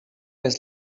jest